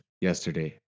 yesterday